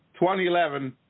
2011